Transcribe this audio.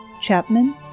Chapman